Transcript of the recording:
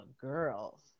girls